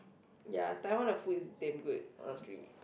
ya Taiwan the food is damn good honestly